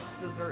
dessert